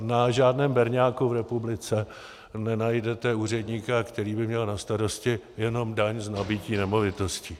Na žádném berňáku v republice nenajdete úředníka, který by měl na starosti jenom daň z nabytí nemovitosti.